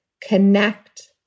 connect